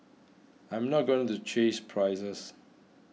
I'm not going to chase prices